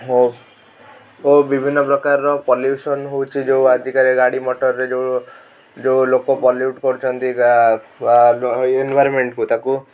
ହଉ ଆଉ ବିଭିନ୍ନ ପ୍ରକାରର ପଲ୍ୟୁସନ୍ ହଉଛି ଯେଉଁ ଆଜିକାଲି ଗାଡ଼ି ମଟରରେ ଯେଉଁ ଯେଉଁ ଲୋକ ପଲ୍ୟୁଟ୍ କରୁଛନ୍ତି ଏନଭାୟାରମେଣ୍ଟକୁ ତାକୁ